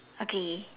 okay